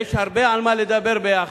ויש הרבה על מה לדבר ביחד.